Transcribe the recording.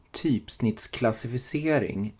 typsnittsklassificering